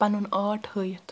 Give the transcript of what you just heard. پنُن آرٹ ہاوتھ